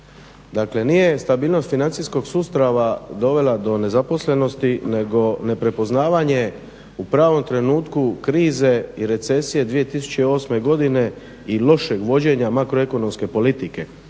dakle nije stabilnost financijskog sustava dovela do nezaposlenosti nego neprepoznavanje u pravom trenutku krize i recesije 2008.godine i lošeg vođenja makroekonomske politike.